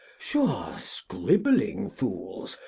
sure scribbling fools,